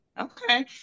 Okay